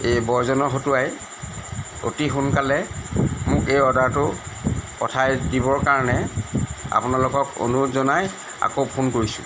এই বয়জনৰ হতুৱাই অতি সোনকালে মোক এই অৰ্ডাৰটো পঠাই দিবৰ কাৰণে আপোনালোকক অনুৰোধ জনাই আকৌ ফোন কৰিছোঁ